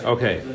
Okay